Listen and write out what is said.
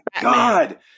god